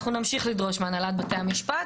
אנחנו נמשיך לדרוש מהנהלת בתי המשפט,